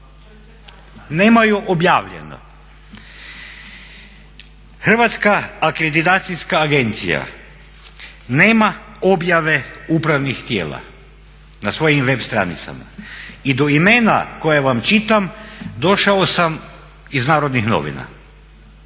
nemaju objavljeno. Hrvatska akreditacijska agencija nema objave upravnih tijela na svojim web stranicama i do imena koje vam čitam došao sam iz Narodnih novina,